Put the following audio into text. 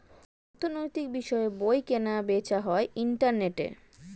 অর্থনৈতিক বিষয়ের বই কেনা বেচা হয় ইন্টারনেটে